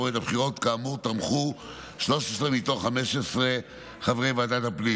הבחירות כאמור תמכו 13 מתוך 15 חברי ועדת הפנים.